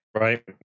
Right